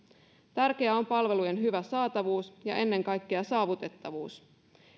tärkeää on palvelujen hyvä saatavuus ja ennen kaikkea saavutettavuus